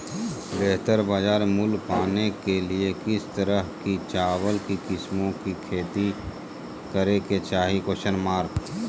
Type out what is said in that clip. बेहतर बाजार मूल्य पाने के लिए किस तरह की चावल की किस्मों की खेती करे के चाहि?